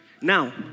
Now